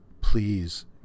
please